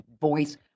voice